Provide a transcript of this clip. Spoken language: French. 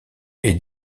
est